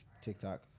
TikTok